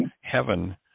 heaven